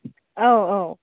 औ औ